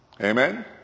Amen